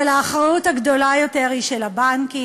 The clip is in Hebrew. אבל האחריות הגדולה יותר היא של הבנקים.